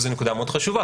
וזאת נקודה מאוד חשובה,